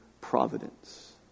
providence